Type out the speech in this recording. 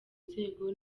nzego